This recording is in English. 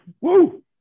Woo